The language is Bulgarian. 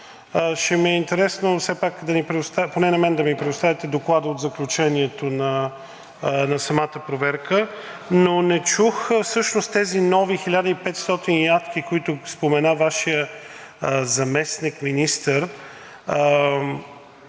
Ще ми е интересно все пак, поне на мене да ми предоставите доклада от заключението на самата проверка. Не чух всъщност тези нови 1500 ядки, които спомена Вашият заместник-министър,